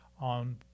on